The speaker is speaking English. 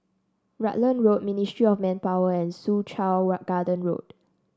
Rutland Road Ministry of Manpower and Soo Chow Garden Road